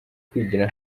kwigira